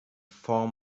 form